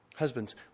Husbands